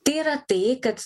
tai yra tai kad